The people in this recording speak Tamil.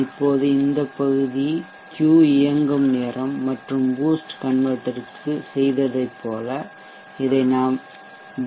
இப்போது இந்த பகுதி Q இயங்கும் நேரம் மற்றும் பூஸ்ட் கன்வெர்ட்டர்க்கு செய்ததைப் போல இதை டி